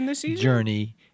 journey